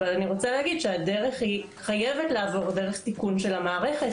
אבל אני רוצה להגיד שהדרך היא חייבת לעבור דרך תיקון של המערכת.